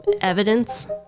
evidence